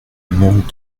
manque